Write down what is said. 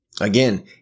Again